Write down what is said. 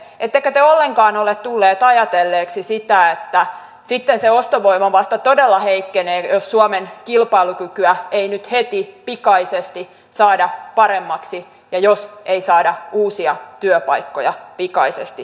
ettekö te ollenkaan ole tulleet ajatelleeksi sitä että sitten se ostovoima vasta todella heikkenee jos suomen kilpailukykyä ei nyt heti pikaisesti saada paremmaksi ja jos ei saada uusia työpaikkoja pikaisesti suomalaisille syntymään